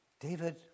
David